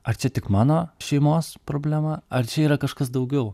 ar čia tik mano šeimos problema ar čia yra kažkas daugiau